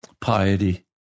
piety